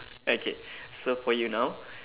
okay so for you now